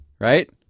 right